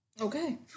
Okay